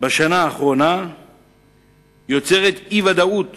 בשנה האחרונה יוצר אי-ודאות